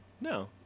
no